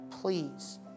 Please